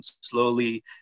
slowly